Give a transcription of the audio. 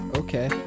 okay